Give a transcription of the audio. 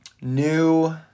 new –